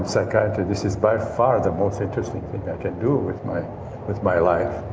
psychiatry this is by far the most interesting thing i can do with my with my life